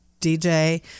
dj